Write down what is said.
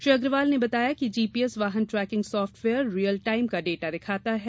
श्री अग्रवाल ने बताया कि जीपीएस वाहन ट्रैकिंग सॉफ्टवेयर रीयल टाइम का डेटा दिखाता है